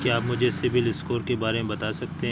क्या आप मुझे सिबिल स्कोर के बारे में बता सकते हैं?